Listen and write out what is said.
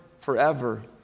forever